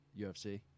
ufc